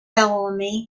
bellamy